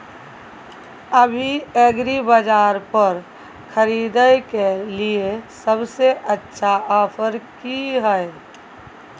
अभी एग्रीबाजार पर खरीदय के लिये सबसे अच्छा ऑफर की हय?